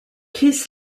chris